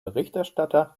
berichterstatter